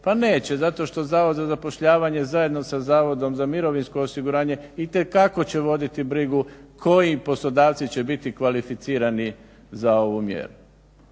Pa neće, zato što Zavod za zapošljavanje, zajedno sa zavodom za mirovinsko osiguranje itekako će voditi brigu koji poslodavci će biti kvalificirani za ovu mjeru.